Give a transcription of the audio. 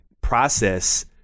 process